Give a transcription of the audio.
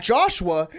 Joshua